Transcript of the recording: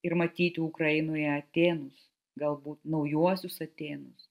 ir matyti ukrainoje atėnus galbūt naujuosius atėnus